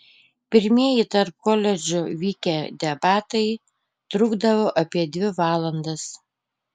pirmieji tarp koledžų vykę debatai trukdavo apie dvi valandas